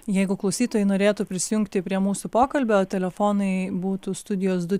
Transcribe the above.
jeigu klausytojai norėtų prisijungti prie mūsų pokalbio telefonai būtų studijos du